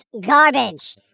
garbage